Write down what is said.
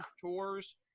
tours